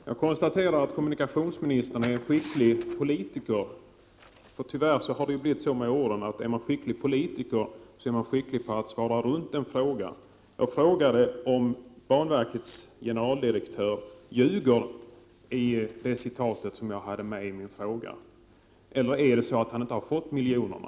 Herr talman! Jag konstaterar att kommunikationsministern är en skicklig politiker. Tyvärr har det blivit så med åren att en skicklig politiker även är skicklig på att kringgå en fråga. Jag frågade om banverkets generaldirektör ljuger när det gäller det citat av honom som jag hade med i min fråga. Eller är det så, att han inte har fått de aktuella miljonerna?